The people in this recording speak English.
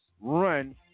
run